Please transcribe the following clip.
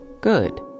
good